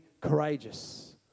courageous